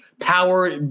power